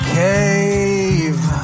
cave